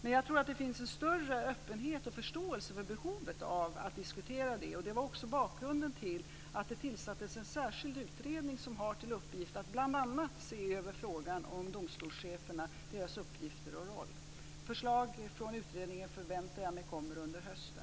Men jag tror att det finns en större öppenhet och förståelse för behovet av att diskutera detta. Det var också bakgrunden till att det tillsattes en särskild utredning som har till uppgift att bl.a. se över frågan om domstolscheferna, deras uppgifter och roll. Jag förväntar mig förslag från utredningen under hösten.